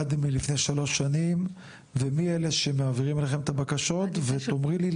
עד מלפני שלוש שנים ומי אלה שמעבירים אליכם את הבקשות ותאמרי לי,